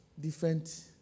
different